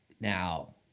now